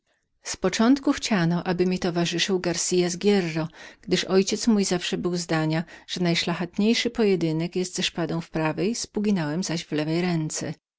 z początku chciano aby garcias de hierro mi towarzyszył gdyż mój ojciec zawsze był tego zdania że najszlachetniejszy pojedynek był ze szpadą w prawej puginałem zaś w lewej ręce